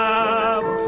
up